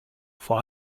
vor